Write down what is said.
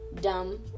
dumb